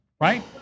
Right